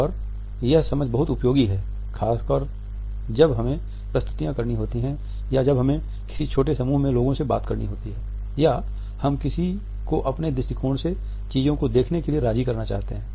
और यह समझ बहुत उपयोगी है खासकर जब हमें प्रस्तुतियाँ करनी होती हैं या जब हमें किसी छोटे समूह में लोगों से बात करनी होती है या हम किसी को अपने दृष्टिकोण से चीजों को देखने के लिए राजी करना चाहते हैं